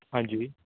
ਹਾਂਜੀ